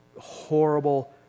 horrible